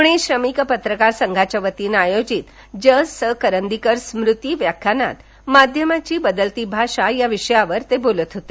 पुणे श्रमिक पत्रकार संघांच्या वतीने आयोजित ज स करंदीकर स्मुती व्याख्यनात माध्यमांची बदलती भाषा या विषयावर ते बोलत होते